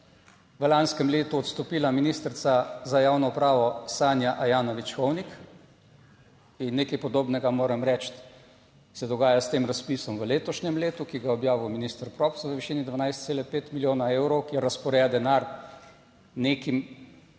v lanskem letu odstopila ministrica za javno upravo Sanja Ajanović Hovnik in nekaj podobnega, moram reči, se dogaja s tem razpisom v letošnjem letu, ki ga je objavil minister Props v višini 12,5 milijona evrov, ki razporeja denar nekim